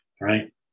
right